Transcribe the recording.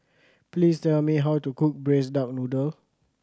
please tell me how to cook Braised Duck Noodle